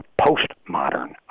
postmodern